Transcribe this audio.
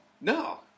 No